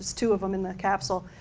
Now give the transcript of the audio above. two of them in the capsule.